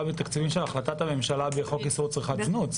מתקציבים של החלטת הממשלה וחוק איסור צריכת זנות.